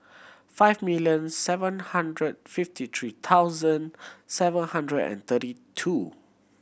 five million seven hundred fifty three thousand seven hundred and thirty two